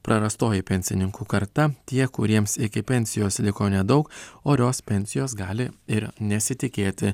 prarastoji pensininkų karta tie kuriems iki pensijos liko nedaug orios pensijos gali ir nesitikėti